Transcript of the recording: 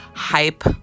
hype